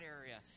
area